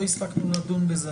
לא הספקנו לדון בזה,